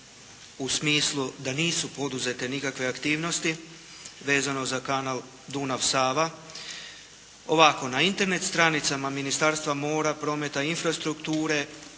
u smislu da nisu poduzete nikakve aktivnosti vezano za kanal Dunav-Sava. Ovako, na Internet stranicama Ministarstva mora, prometa i infrastrukture